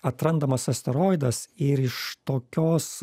atrandamas asteroidas ir iš tokios